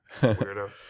weirdo